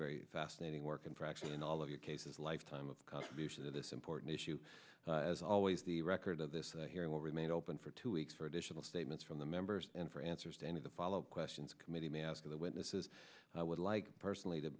very fascinating work in practice and all of your cases lifetime of contribution to this important issue as always the record of this hearing will remain open for two weeks for additional statements from the members and for answers to any of the follow up questions committee may ask of the witnesses i would like personally to